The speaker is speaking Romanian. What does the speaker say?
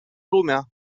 lumea